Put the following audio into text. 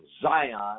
Zion